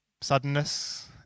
suddenness